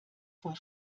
vor